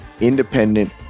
Independent